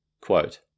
Quote